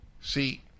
see